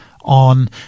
on